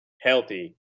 healthy